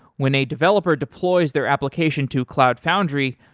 when a developer deploys their application to cloud foundry,